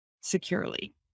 securely